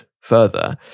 further